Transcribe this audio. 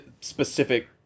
specific